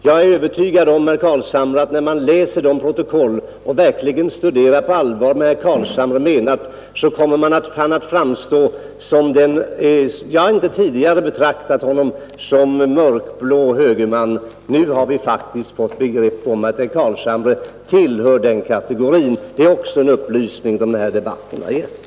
Jag har inte tidigare betraktat herr Carlshamre som mörkblå högerman, men jag är övertygad om att han, när man läser dagens protokoll och verkligen på allvar studerar vad han menat, kommer att framstå såsom sådan. Det är också en upplysning som den här debatten har givit.